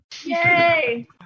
yay